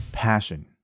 passion